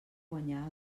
guanyar